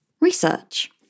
research